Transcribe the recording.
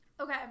Okay